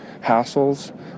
hassles